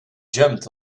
jumped